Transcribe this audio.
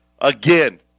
again